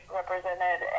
represented